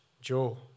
Joe